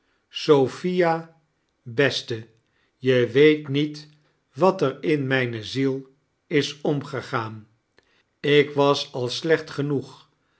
sophia beste je weet niet wat er in mijne ziel is omgegaan ik was al slecht genoeg